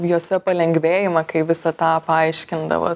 juose palengvėjimą kai visą tą paaiškindavo